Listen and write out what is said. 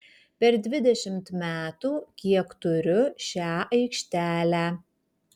per dvidešimt metų kiek turiu šią aikštelę